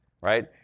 Right